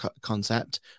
concept